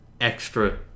extra